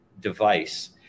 device